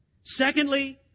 Secondly